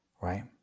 Right